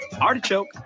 Artichoke